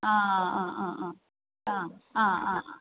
ആ ആ ആ ആ ആ ആ ആ ആ